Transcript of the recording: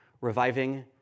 reviving